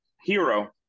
Hero